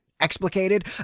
explicated